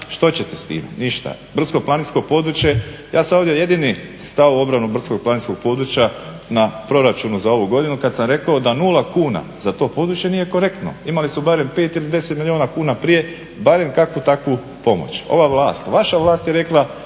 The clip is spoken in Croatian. što ćete s tim, ništa. Brdsko-planinsko područje, ja sam ovdje jedini stao u obranu brdsko-planinskog područja na proračunu za ovu godinu kad sam rekao da 0 kuna za to područje nije korektno. Imali su barem 5 ili 10 milijuna kuna prije, barem kakvu takvu pomoć. Ova vlast, vaša vlast je rekla